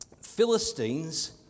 Philistines